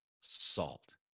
salt